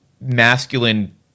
masculine